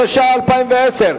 התש"ע 2010,